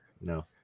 No